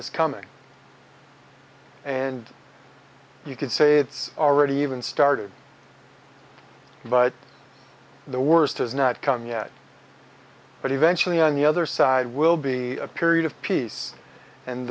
is coming and you could say it's already even started but the worst has not come yet but eventually on the other side will be a period of peace and